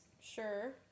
sure